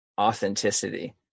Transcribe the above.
authenticity